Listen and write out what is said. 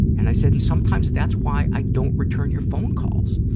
and i said, and sometimes that's why i don't return your phone calls.